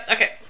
Okay